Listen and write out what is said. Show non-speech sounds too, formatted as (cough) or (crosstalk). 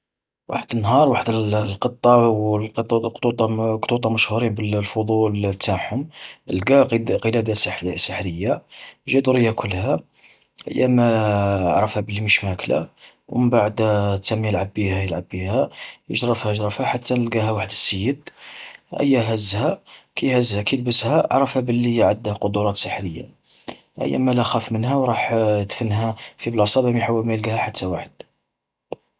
وحد النهار وحد (hesitation) القطة و والقط (hesitation) القطوطة مشهورين بالفضول تاعهم، لقا ق-قلاده سحرية، و جا دور ياكلها أيما (hesitation) عرفها باللي مش ماكله، و مبعدا (hesitation) تم يلعب بيها يلعب بيها، جرفها جرفها حتا لقاها واحد السيد. أيا هزها، كيهزها كيلبسها عرفها باللي عدها قدرات سحرية، أيا مالا خاف منها، وراح (hesitation) دفنها في بلاصا باه ماح-مايلقاها حتى واحد.